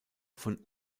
von